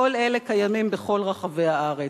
כל אלה קיימים בכל רחבי הארץ,